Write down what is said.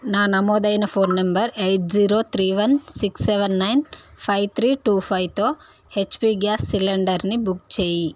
నా నమోదైన phone number eight zero three one six seven nine five three two ఫైవ్తో HP gas సిలిండర్ని book చేయి